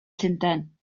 llundain